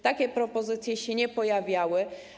Takie propozycje się nie pojawiały.